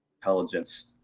intelligence